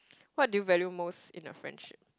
what do you value most in a friendship